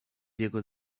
jego